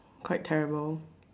quite terrible